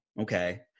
Okay